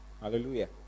Hallelujah